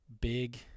big